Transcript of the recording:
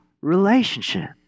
relationship